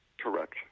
Correct